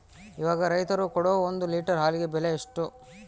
ಇವಾಗ ರೈತರು ಕೊಡೊ ಒಂದು ಲೇಟರ್ ಹಾಲಿಗೆ ಬೆಲೆ ಎಷ್ಟು?